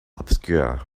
obscure